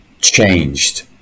changed